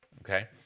Okay